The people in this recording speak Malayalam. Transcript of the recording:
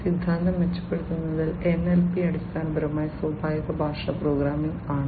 സിദ്ധാന്തം മെച്ചപ്പെടുത്തുന്നതിൽ NLP അടിസ്ഥാനപരമായി സ്വാഭാവിക ഭാഷാ പ്രോസസ്സിംഗ് ആണ്